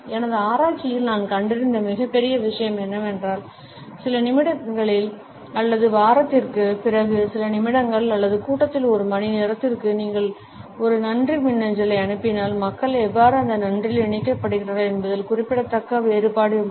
எனது ஆராய்ச்சியில் நான் கண்டறிந்த மிகப் பெரிய விஷயம் என்னவென்றால் சில நிமிடங்கள் அல்லது வாரத்திற்குப் பிறகு சில நிமிடங்கள் அல்லது கூட்டத்தின் ஒரு மணி நேரத்திற்குள் நீங்கள் ஒரு நன்றி மின்னஞ்சலை அனுப்பினால் மக்கள் எவ்வாறு அந்த நன்றியில் இணைக்கப்படுகிறார்கள் என்பதில் குறிப்பிடத்தக்க வேறுபாடு உள்ளது